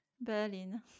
Berlin